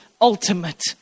ultimate